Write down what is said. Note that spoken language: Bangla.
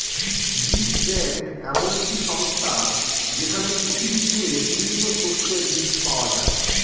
বীজ ব্যাংক এমন একটি সংস্থা যেইখানে পৃথিবী জুড়ে বিভিন্ন শস্যের বীজ পাওয়া যায়